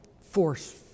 force